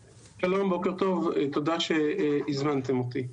שלום, בוקר טוב, תודה שהזמנתם אותי.